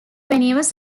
venues